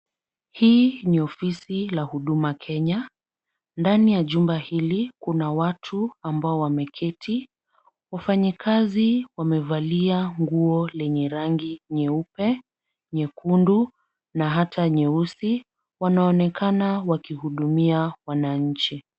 Hii ni ofisi la huduma Kenya. Ndani ya jumba hili kuna watu ambao wameketi. Wafanyikazi wamevalia nguo lenye rangi nyeupe, nyekundu na hata nyeusi. Wanaonekana wakihudumia wananchi.